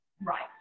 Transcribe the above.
Right